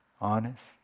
Honest